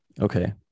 Okay